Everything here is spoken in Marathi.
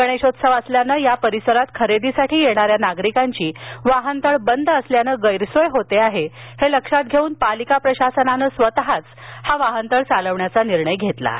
गणेशोत्सव असल्यानं या परिसरात खरेदीसाठी येणाऱ्या नागरिकांची वाहनतळ बंद असल्यानं गैरसोय होते आहे हे लक्षात घेऊन पालिका प्रशासनानं स्वतःच हा वाहनतळ चालविण्याचा निर्णय घेतला आहे